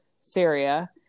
syria